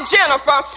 Jennifer